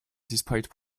despite